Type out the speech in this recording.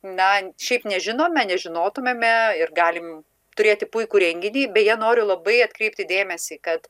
na šiaip nežinome nežinotumėme ir galim turėti puikų renginį beje noriu labai atkreipti dėmesį kad